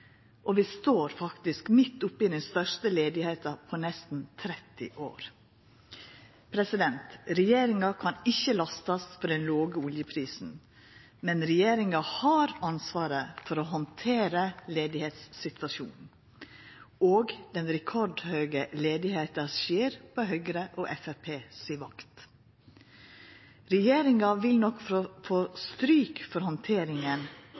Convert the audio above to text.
og vi står faktisk midt oppe i den største arbeidsløysa på nesten 30 år. Regjeringa kan ikkje lastast for den låge oljeprisen, men regjeringa har ansvaret for å handtera arbeidsløysesituasjonen, og den rekordhøge arbeidsløysa skjer på Høgre og Framstegspartiets vakt. Regjeringa vil nok få stryk for handteringa